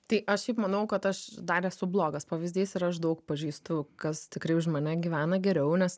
tai aš šiaip manau kad aš dar esu blogas pavyzdys ir aš daug pažįstu kas tikrai už mane gyvena geriau nes